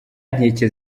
nkeke